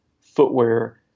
footwear